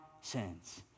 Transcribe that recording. sins